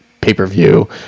pay-per-view